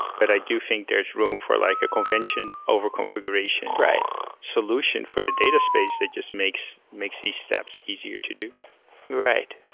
but i do think there's room for like a convention over configuration solution for the data space that just makes makes these steps easier to do right.